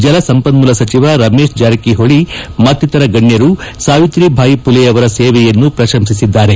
ಜಲಸಂಪನ್ಮೊಲ ಸಚಿವ ರಮೇಶ್ ಜಾರಕಿಹೊಳಿ ಮತ್ತಿತರ ಗಣ್ಯರು ಸಾವಿತ್ರಿಬಾಯಿ ಪುಲೆಯವರ ಸೇವೆಯನ್ನು ಪ್ರಶಂಸಿಸಿದ್ದಾರೆ